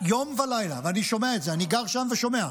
יום ולילה, ואני שומע את זה, אני גר שם ושומע,